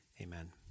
amen